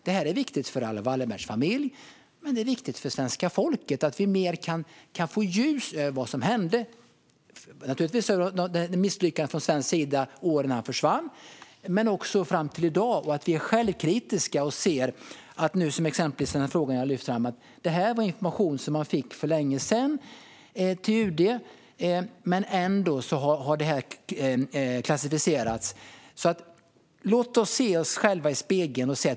Det är viktigt för Raoul Wallenbergs familj och för svenska folket att vi kan få ljus över vad som hände. Det handlar både om misslyckandet från svensk sida åren närmast efter hans försvinnande och om vad som har hänt fram till i dag. Vi måste vara självkritiska, till exempel när det gäller det som jag nyss tog upp om att man redan för länge sedan fått den här informationen till UD men att den klassificerats. Låt oss se oss själva i spegeln.